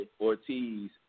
Ortiz